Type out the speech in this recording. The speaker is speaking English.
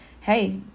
hey